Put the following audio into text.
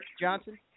Johnson